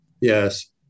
Yes